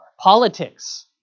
Politics